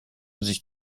sich